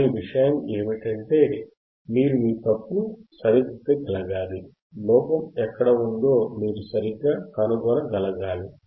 కానీ విషయం ఏమిటంటే మీరు మీ తప్పును సరిదిద్దగలగాలి లోపం ఎక్కడ ఉందో మీరు సరిగ్గా కనుగొనగలగాలి